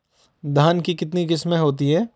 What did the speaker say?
धान की कितनी किस्में होती हैं?